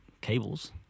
cables